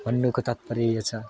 भन्नुको तात्पर्य यो छ